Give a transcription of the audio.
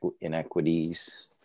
inequities